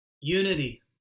unity